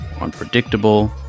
unpredictable